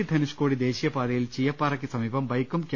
കൊച്ചി ധനുഷ്കോടി ദേശീയപാതയിൽ ചീയപ്പാറയ്ക്ക് സമീപം ബൈക്കും കെ